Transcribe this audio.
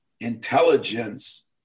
intelligence